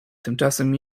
tymczasem